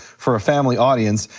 for a family audience.